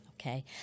Okay